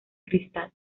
cristal